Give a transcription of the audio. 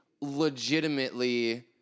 legitimately